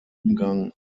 umgang